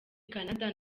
canada